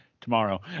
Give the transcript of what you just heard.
Tomorrow